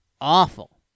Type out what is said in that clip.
awful